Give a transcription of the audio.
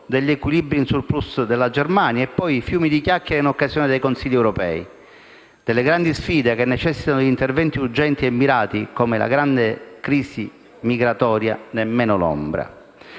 degli equilibri in *surplus* della Germania e, poi, fiumi di chiacchiere in occasione dei Consigli europei. Delle grandi sfide che necessitano di interventi urgenti e mirati, come la grande crisi migratoria, nemmeno l'ombra.